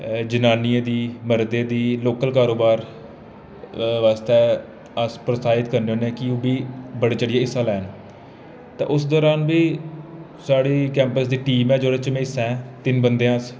जनानियें दी मर्दें दी लोकल कारोबार आस्तै अस प्रोत्साहित करने होनें आ की करने होन्मे कि ओह् बी बड़ी चढ़ियै हिस्सा लैन ते उस दौरान बी साढ़ी कैंपस दी टीम ऐ जोह्दे च में हिस्सां ऐं तिन बंदे आं अस